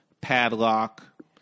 padlock